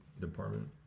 department